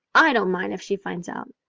i don't mind if she finds out.